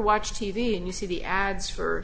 watch t v and you see the ads for